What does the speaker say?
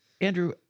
Andrew